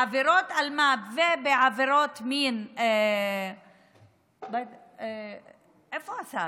בעבירות אלמ"ב ובעבירות מין, איפה השר?